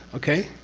okay.